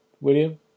William